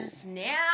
Snap